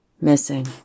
missing